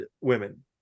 women